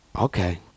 okay